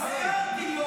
יש לי הרבה מה להגיד.